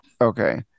Okay